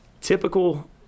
Typical